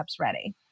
ready